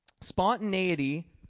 Spontaneity